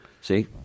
See